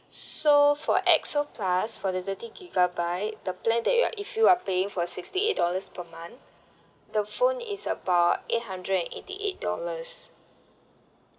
so for X_O plus for the thirty gigabyte the plan that you're if you are paying for sixty dollars per month the phone is about eight hundred and eighty eight dollars